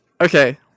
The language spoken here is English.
Okay